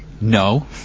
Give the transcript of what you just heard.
No